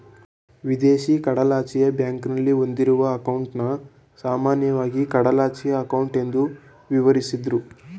ವಿದೇಶಿ ಕಡಲಾಚೆಯ ಬ್ಯಾಂಕ್ನಲ್ಲಿ ಹೊಂದಿರುವ ಅಂಕೌಟನ್ನ ಸಾಮಾನ್ಯವಾಗಿ ಕಡಲಾಚೆಯ ಅಂಕೌಟ್ ಎಂದು ವಿವರಿಸುದ್ರು